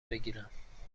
بگیرم